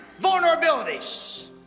vulnerabilities